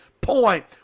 point